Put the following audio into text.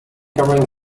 covering